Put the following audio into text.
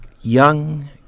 young